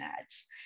ads